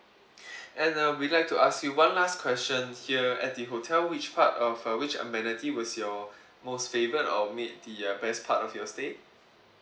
and uh we'd like to ask you one last question here at the hotel which part of uh which amenity was your most favourite or made the uh best part of your stay